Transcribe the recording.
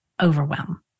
overwhelm